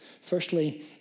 Firstly